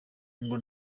ngo